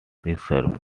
reserved